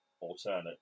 alternate